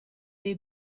dei